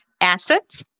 asset